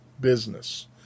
business